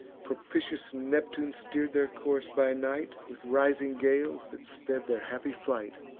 propitious neptune steer'd their course by night with rising gales that sped their happy flight.